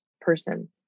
person